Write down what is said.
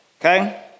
Okay